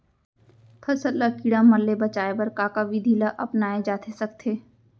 फसल ल कीड़ा मन ले बचाये बर का का विधि ल अपनाये जाथे सकथे?